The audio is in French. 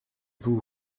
vous